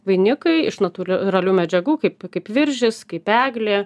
vainikai iš natūralių medžiagų kaip kaip viržis kaip eglė